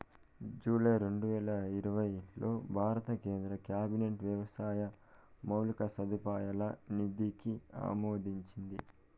July రెండువేల ఇరవైలో భారత కేంద్ర క్యాబినెట్ వ్యవసాయ మౌలిక సదుపాయాల నిధిని ఆమోదించింది